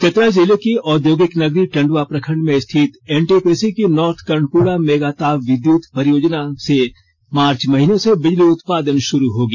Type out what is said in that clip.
चतरा जिले की औद्योगिक नगरी टंडवा प्रखंड में स्थित एनटीपीसी की नॉर्थ कर्णपुरा मेगा ताप विद्युत परियोजना से मार्च महीने से बिजली उत्पादन शुरू होगी